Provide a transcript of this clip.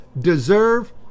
deserve